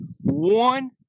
one